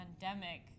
pandemic